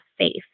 safe